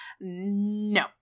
No